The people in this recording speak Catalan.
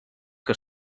que